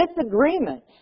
disagreements